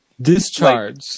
Discharge